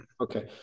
Okay